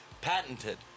Patented